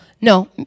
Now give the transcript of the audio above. No